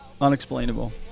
unexplainable